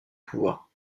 pouvoir